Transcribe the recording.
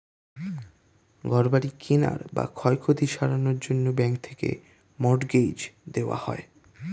ঘর বাড়ি কেনার বা ক্ষয়ক্ষতি সারানোর জন্যে ব্যাঙ্ক থেকে মর্টগেজ দেওয়া হয়